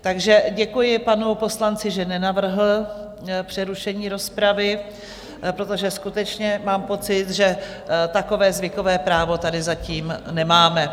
Takže děkuji panu poslanci, že nenavrhl přerušení rozpravy, protože skutečně mám pocit, že takové zvykové právo tady zatím nemáme.